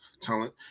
talent